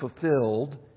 fulfilled